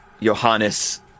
Johannes